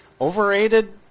overrated